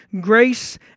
grace